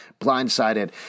Blindsided